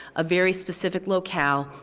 a very specific locale,